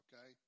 okay